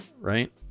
right